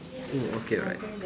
mm okay alright